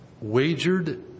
wagered